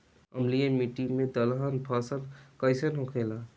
अम्लीय मिट्टी मे दलहन फसल कइसन होखेला?